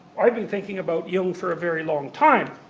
i've been thinking about jung for a very long time.